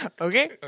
Okay